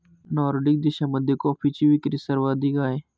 Nordic देशांमध्ये कॉफीची विक्री सर्वाधिक आहे